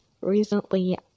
recently